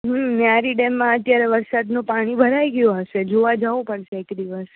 હં ન્યારી ડેમમાં અત્યારે વરસાદનું પાણી ભરાઈ ગ્યું હશે જોવા જાવું પળશે એક દિવસ